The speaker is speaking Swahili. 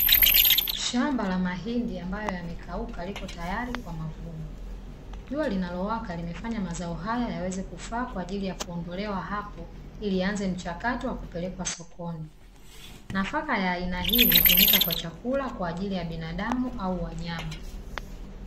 Shamba la mahindi ambayo yamekauka lipo tayari kwa mavuno, jua linalowaka limefanya mazao haya yawezekufaa kwa ajili ya kuondolewa hapo ili kuanza mchakato wa kupelekwa sokoni. Nafaka ya aina hii hutumika wa chakula kwa ajili ya binadamu au wanyama.